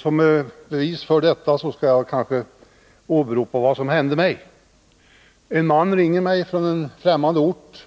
Som ett bevis på detta skall jag kanske åberopa vad som hände mig. En man ringer mig från en främmande ort